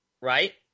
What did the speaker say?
right